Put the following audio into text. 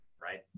Right